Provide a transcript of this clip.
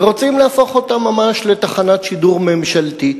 ורוצים להפוך אותה ממש לתחנת שידור ממשלתית,